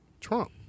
Trump